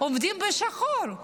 עובדים בשחור.